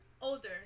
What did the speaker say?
Older